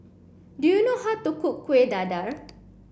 do you know how to cook Kuih Dadar